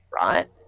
right